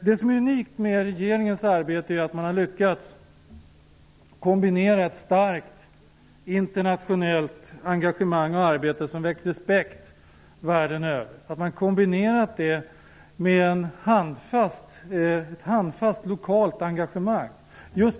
Det som är unikt med regeringens arbete är att man lyckats kombinera ett starkt internationellt engagemang och arbete som väckt respekt världen över med ett handfast lokalt engagemang.